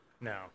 No